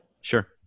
sure